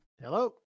Hello